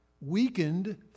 weakened